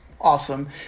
awesome